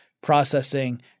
processing